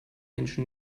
menschen